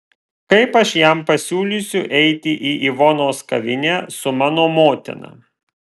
kaip aš jam pasiūlysiu eiti į ivonos kavinę su mano motina